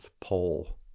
Pole